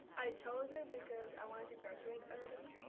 i chose it because i wanted to graduate early,